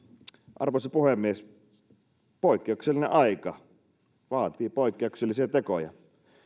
arvoisa puhemies poikkeuksellinen aika vaatii poikkeuksellisia tekoja